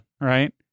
Right